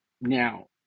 now